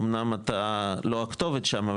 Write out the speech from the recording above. אמנם אתה לא הכתובת שם,